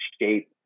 shape